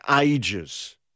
ages